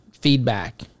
feedback